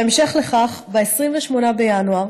בהמשך לכך, ב-28 בינואר